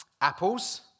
apples